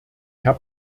herr